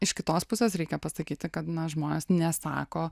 iš kitos pusės reikia pasakyti kad na žmonės nesako